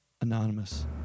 Anonymous